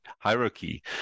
hierarchy